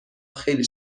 خیلی